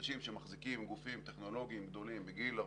אנשים שמחזיקים גופים טכנולוגיים גדולים בגיל 47,